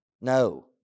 No